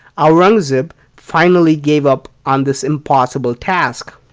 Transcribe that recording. aurangzeb finally gave up on this impossible task.